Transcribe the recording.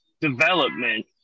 development